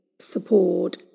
support